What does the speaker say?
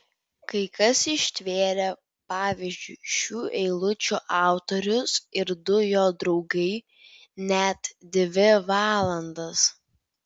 kai kas ištvėrė pavyzdžiui šių eilučių autorius ir du jo draugai net dvi valandas